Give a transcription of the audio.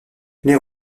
les